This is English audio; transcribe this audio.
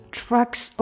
trucks